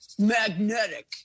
Magnetic